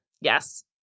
Yes